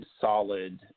solid